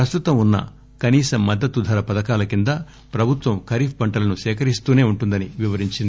ప్రస్తుతం ఉన్స కనీస మద్దతు ధర పథకాల కింద ప్రభుత్వం ఖరీఫ్ పంటలను సేకరిస్తూనే ఉంటుందని వివరించింది